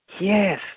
Yes